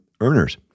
earners